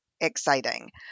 exciting